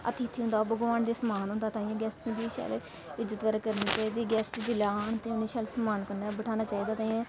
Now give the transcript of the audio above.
अतिथि होंदा भगवान दा समान होंदा ताइयें गैस्ट दी शैल इज्जत बगैरा करनी चाहिदी गैस्ट जेल्लै आन ते उ'नेंगी शैल समान कन्नै बठाह्ना चाहिदा ताइयें